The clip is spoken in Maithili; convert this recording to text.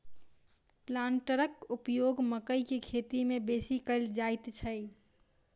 प्लांटरक उपयोग मकइ के खेती मे बेसी कयल जाइत छै